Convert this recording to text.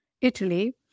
Italy